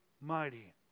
mighty